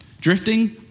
drifting